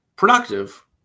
productive